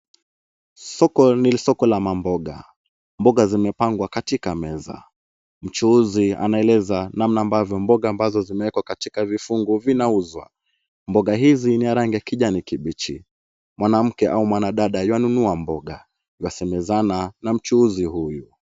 Soko ni soko la mamboga. Mboga zimepangwa katika meza. Mchuuzi anaeleza namna ambavyo mboga zinawekwa katika vifungu vinauzwa. Mboga hizi ni ya rangi ya kijani kibichi. Mwanamke au mwanadada yuanunua mboga. Yuasemezana na mchuuzi huyu.